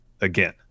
again